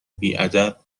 بیادب